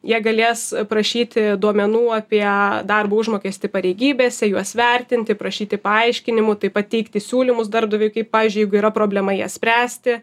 jie galės prašyti duomenų apie darbo užmokestį pareigybėse juos vertinti prašyti paaiškinimų taip pat teikti siūlymus darbdaviui kaip pavyzdžiui jeigu yra problema jas spręsti